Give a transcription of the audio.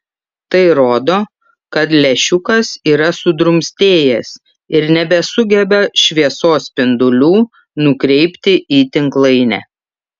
tai rodo kad lęšiukas yra sudrumstėjęs ir nebesugeba šviesos spindulių nukreipti į tinklainę